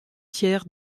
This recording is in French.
tiers